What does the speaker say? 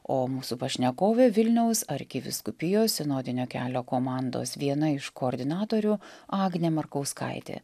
o mūsų pašnekovė vilniaus arkivyskupijos sinodinio kelio komandos viena iš koordinatorių agnė markauskaitė